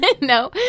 No